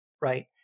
Right